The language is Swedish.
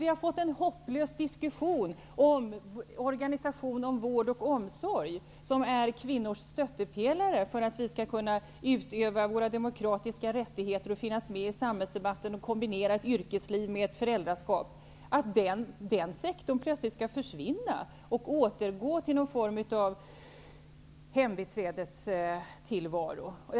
Vi har fått en hopplös diskussion om organisationen av vård och omsorg, som är kvinnors stöttepelare för att vi skall kunna utöva våra demokratiska rättigheter, finnas med i samhällsdebatten och kombinera ett yrkesliv med föräldraskap. Den sektorn skall plötsligt försvinna, och vi skall återgå till någon form av hembiträdestillvaro.